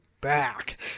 back